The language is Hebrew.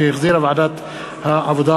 שהחזירה ועדת העבודה,